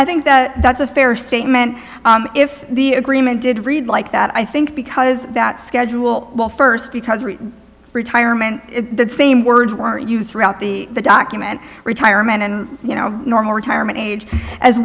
i think that that's a fair statement if the agreement did read like that i think because that schedule well first because of retirement the same words are used throughout the document retirement and you know normal retirement age as